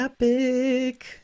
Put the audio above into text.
epic